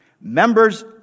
members